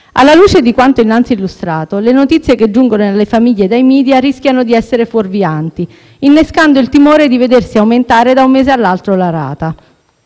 alla luce di quanto illustrato, le notizie che giungono alle famiglie dai *media* rischiano di essere fuorvianti, innescando il timore di vedersi aumentare da un mese all'altro la rata;